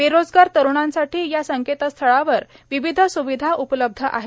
बेरोजगार तरुणांसाठी या संकेतस्थळावर विविध सुविधा उपलब्ध आहेत